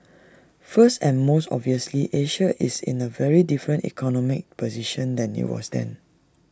first and most obviously Asia is in A very different economic position than IT was then